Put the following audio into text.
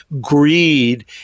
greed